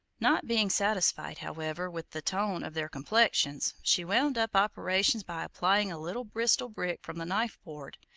not being satisfied, however, with the tone of their complexions, she wound up operations by applying a little bristol brick from the knife-board,